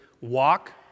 walk